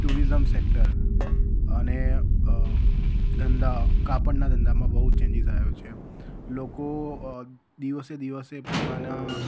tourism sector અને ધંધા કાપડના ધંધામાં બહુ ચેંજિસ આવ્યો છે લોકો દિવસે દિવસે પોતાના